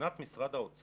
מבחינת משרד האוצר,